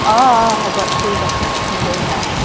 অঁ অঁ হ'ব ঠিক আছে ফোন কৰিম বাৰু মই